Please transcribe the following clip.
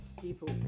people